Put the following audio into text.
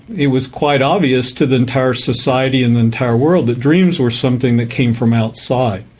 it was quite obvious to the entire society and the entire world that dreams were something that came from outside.